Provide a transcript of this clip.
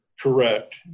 Correct